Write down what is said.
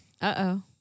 Uh-oh